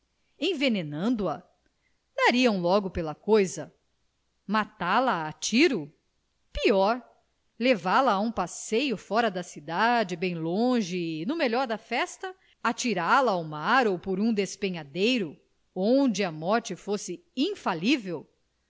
crime envenenando a dariam logo pela coisa matá-la a tiro pior levá-la a um passeio fora da cidade bem longe e no melhor da festa atirá la ao mar ou por um despenhadeiro onde a morte fosse infalível